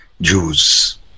Jews